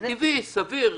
זה טבעי, סביר.